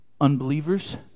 Unbelievers